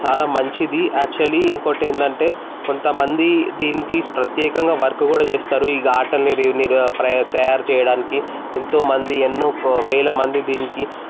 చాలా మంచిది ఆక్చువల్లీ ఇంకొకటి ఏంటంటే కొంత మంది దీనికి ప్రత్యేకంగా వర్క్ కూడా చేస్తారు ఈ ఆటని ఇదీ దీనిమీద ప్ర తయారుచేయడానికి ఎంతో మంది ఎన్నో కో వేల మంది దీనికి